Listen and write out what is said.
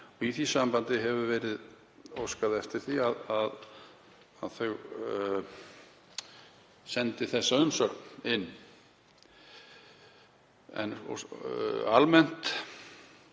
Í því sambandi hefur verið óskað eftir því að þau sendi inn umsögn.